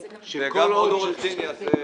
ועוד עורך דין יעשה סיבוב.